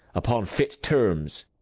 upon fit terms.